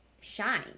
shine